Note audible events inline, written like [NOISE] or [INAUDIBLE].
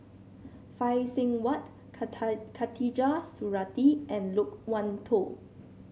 Phay Seng Whatt [UNINTELLIGIBLE] Khatijah Surattee and Loke Wan Tho